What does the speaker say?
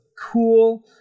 Cool